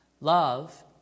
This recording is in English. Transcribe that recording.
Love